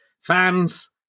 fans